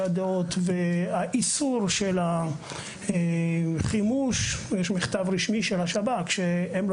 הדעות והאיסור על חימוש יש מכתב רשמי של השב"כ שהוא לא